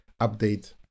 update